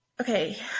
okay